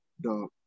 dog